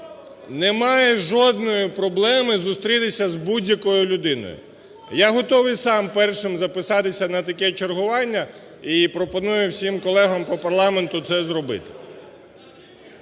Немає жодної проблеми зустрітися з будь-якою людиною. Я готовий сам першим записатися на таке чергування і пропоную всім колегам по парламенту це зробити.